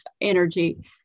energy